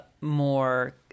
more